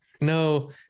no